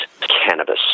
cannabis